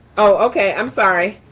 okay, i'm sorry.